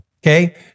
Okay